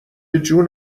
جون